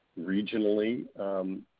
regionally